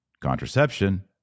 contraception